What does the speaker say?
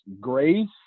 Grace